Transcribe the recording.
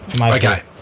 Okay